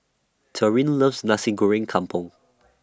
Taryn loves Nasi Goreng Kampung